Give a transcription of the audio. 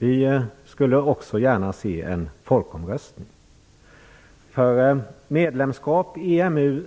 Vi i Vänsterpartiet skulle också gärna se en folkomröstning, eftersom medlemskap i EMU